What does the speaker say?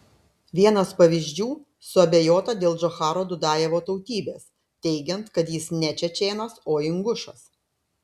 vienas pavyzdžių suabejota dėl džocharo dudajevo tautybės teigiant kad jis ne čečėnas o ingušas